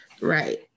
Right